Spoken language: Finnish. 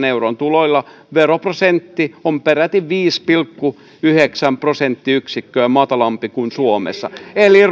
euron tuloilla veroprosentti on peräti viisi pilkku yhdeksän prosenttiyksikköä matalampi kuin suomessa eli